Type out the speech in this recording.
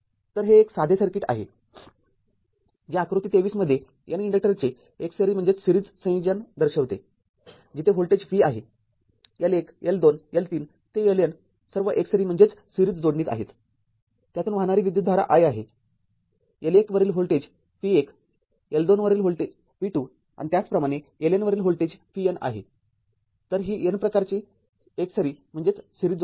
तर हे एक साधे सर्किट आहे जे आकृती २३ मध्ये N इन्डक्टर्सचे एकसरी संयोजन दर्शविते जिथे व्होल्टेज v आहे L१ L२ L३ ते LN सर्व एकसरी जोडणीत आहेत त्यातून वाहणारी विद्युतधारा i आहे L१ वरील व्होल्टेज V१ L२ वरील V२ आणि याचप्रकारे LN वरील VN आहेतर ही N इन्डक्टरची एकसरी जोडणी आहे